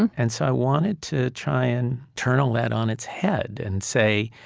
and and so i wanted to try and turn all that on its head and say,